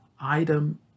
item